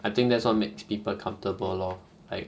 I think that's what makes people comfortable lor like